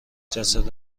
جسد